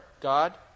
God